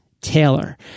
Taylor